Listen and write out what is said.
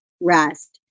rest